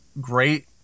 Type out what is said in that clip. great